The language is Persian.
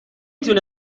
تونه